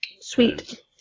Sweet